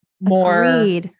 More